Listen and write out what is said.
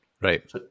right